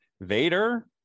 Vader